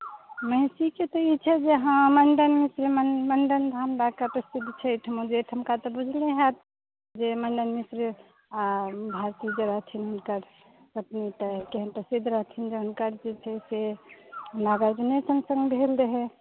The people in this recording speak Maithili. महिषीके तऽ ई छै जे हँ मण्डन मिश्र मण्डन धाम लए कऽ प्रसिद्ध छै एहिठमा जे एहिठमका बुझले हैत जे मण्डन मिश्र आ भारती जे रहथिन हुनकर पत्नी तऽ केहन प्रसिद्ध रहथिन हुनकर जे छै से नागर्जुने सङ्गसँ भेल रहै